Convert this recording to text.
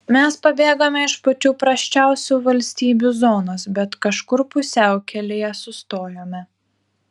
mes pabėgome iš pačių prasčiausių valstybių zonos bet kažkur pusiaukelėje sustojome